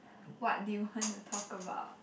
what do you want to talk about